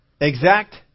Exact